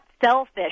selfish